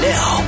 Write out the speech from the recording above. Now